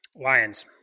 Lions